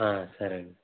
సరే